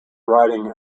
riding